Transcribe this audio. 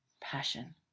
passion